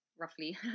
Roughly